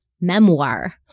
Memoir